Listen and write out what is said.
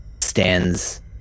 stands